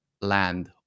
land